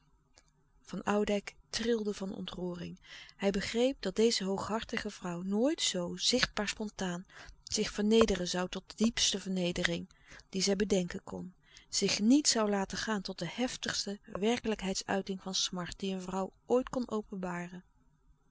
van oudijck trilde van ontroering hij begreep dat deze hooghartige vrouw nooit zoo zichtbaar spontaan zich ver nederen zoû tot de diepste vernedering die zij bedenken kon zich niet zoû laten gaan tot de heftigste werkelijkheidsuiting van smart die een vrouw ooit kon openbaren